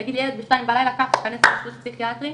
נגיד ילד בשתיים בלילה, קח, כנס לאשפוז פסיכיאטרי,